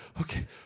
okay